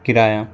किराया